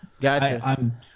gotcha